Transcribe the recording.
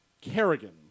Kerrigan